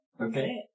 Okay